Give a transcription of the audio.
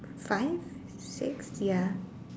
five six ya